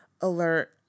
alert